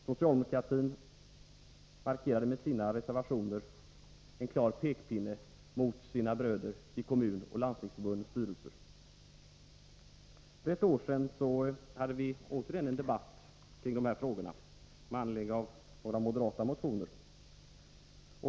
Socialdemokratin markerade med sina reservationer en klar pekpinne mot sina bröder i kommunoch landstingsförbundens styrelser. För ett år sedan hade vi återigen en debatt kring dessa frågor med anledning av några moderata motioner.